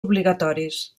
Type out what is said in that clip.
obligatoris